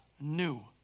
new